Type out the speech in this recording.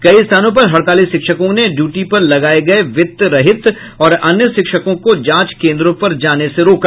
कई स्थानों पर हड़ताली शिक्षकों ने ड्यूटी पर लगाये गये वित्त रहित और अन्य शिक्षकों को जांच केन्द्रों पर जाने नहीं दिया